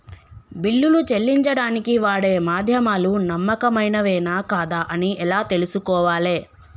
బిల్లులు చెల్లించడానికి వాడే మాధ్యమాలు నమ్మకమైనవేనా కాదా అని ఎలా తెలుసుకోవాలే?